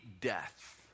death